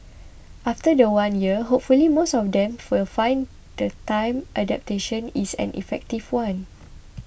after the one year hopefully most of them will find the adaptation is an effective one